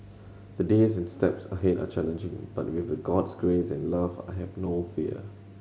the days and steps ahead are challenging but with the God's grace and love I have no fear